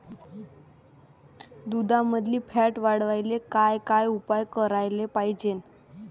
दुधामंदील फॅट वाढवायले काय काय उपाय करायले पाहिजे?